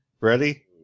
Ready